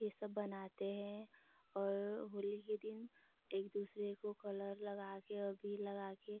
यह सब बनाते हैं और होली के दिन एक दूसरे को कलर लगाकर अबीर लगाकर